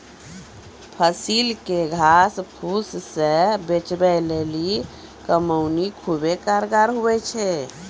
फसिल के घास फुस से बचबै लेली कमौनी खुबै कारगर हुवै छै